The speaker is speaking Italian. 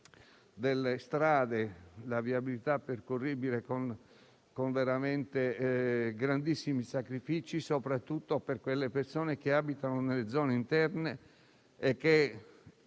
delle strade e della viabilità percorribile con grandissimi sacrifici, soprattutto per quelle persone che abitano nelle zone interne e che